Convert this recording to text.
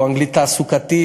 או אנגלית תעסוקתית,